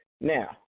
Now